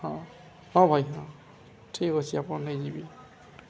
ହଁ ହଁ ଭାଇ ହଁ ଠିକ୍ ଅଛି ଆପଣ ନେଇଯିବେ